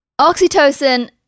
Oxytocin